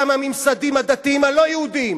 גם הממסדים הדתיים הלא-יהודיים